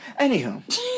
Anywho